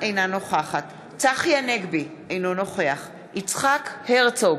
אינה נוכחת צחי הנגבי, אינו נוכח יצחק הרצוג,